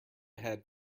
head